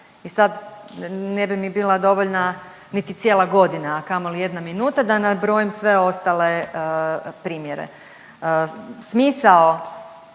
I sad, ne bi mi bila dovoljna niti cijela godina, a kamoli jedna minuta da nabrojim sve ostale primjere. Smisao